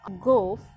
Go